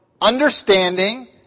understanding